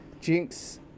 Jinx